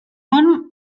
bon